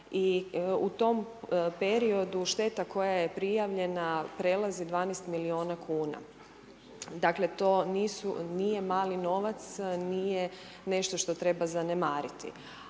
i u tom periodu šteta koja je prijavljena prelazi 12 miliona kuna. Dakle, to nije mali novac, nije nešto što treba zanemariti.